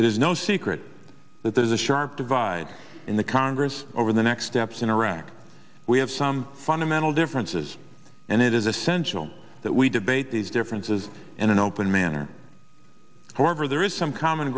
it is no secret that there is a sharp divide in the congress over the next steps in iraq we have some fundamental differences and it is essential that we debate these differences in an open manner however there is some common